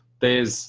there's